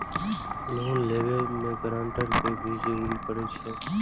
Loan लेबे में ग्रांटर के भी जरूरी परे छै?